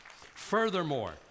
Furthermore